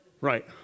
Right